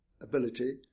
ability